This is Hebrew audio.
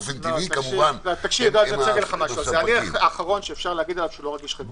אני האחרון שאפשר להגיד עליו שהוא לא רגיש חברתית.